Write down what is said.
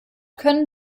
können